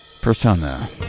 Persona